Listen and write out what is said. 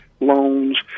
loans